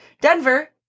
Denver